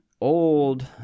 old